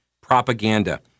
propaganda